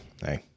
hey